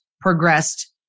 progressed